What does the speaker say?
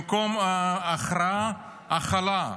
במקום הכרעה, הכלה.